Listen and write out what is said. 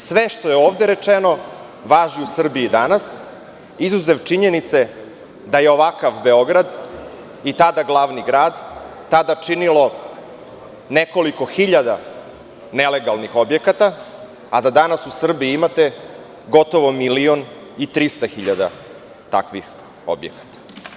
Sve što je ovde rečeno važi u Srbiji danas, izuzev činjenice da je ovakav Beograd i tada glavni grad činilo nekoliko hiljada nelegalnih objekata, a da danas u Srbiji imate gotovo milion i 300 hiljada takvih objekata.